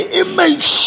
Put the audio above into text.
image